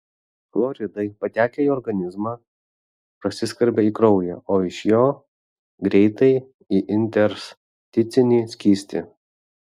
chloridai patekę į organizmą prasiskverbia į kraują o iš jo greitai į intersticinį skystį